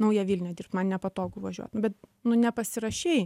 naują vilnią dirbt man nepatogu važiuot nu bet nu nepasirašei